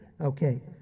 Okay